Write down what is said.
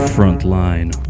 Frontline